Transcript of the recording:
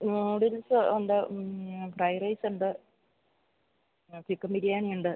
noodles ഉണ്ട് പിന്നെ fried rice ഉണ്ട് ചിക്കന് ബിരിയാണിയുണ്ട്